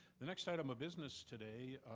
the next item of business today,